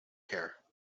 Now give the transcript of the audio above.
care